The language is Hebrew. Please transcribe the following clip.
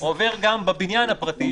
או עובר גם בבניין הפרטי,